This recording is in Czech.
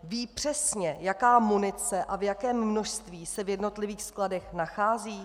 Ví přesně, jaká munice a v jakém množství se v jednotlivých skladech nachází?